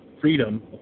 freedom